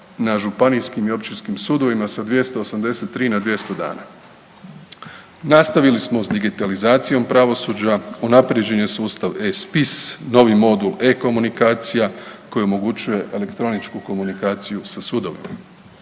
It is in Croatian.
na županijskim i općinskim sudovima sa 283 na 200 dana. Nastavili smo s digitalizacijom pravosuđa, unaprjeđen je sustav E-spis, novi modul E-komunikacija koji omogućuje elektroničku komunikaciju sa sudovima.